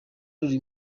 ruri